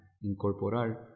incorporar